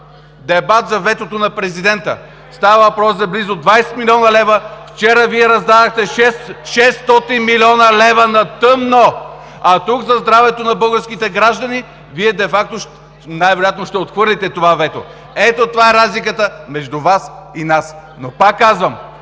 дебат за ветото на Президента. Става въпрос за близо 20 млн. лв. Вчера Вие раздадохте 600 млн. лв. на тъмно, а тук – за здравето на българските граждани, Вие де факто, най-вероятно ще отхвърлите това вето. Ето това е разликата между Вас и нас! Но, пак казвам,